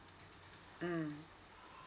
mm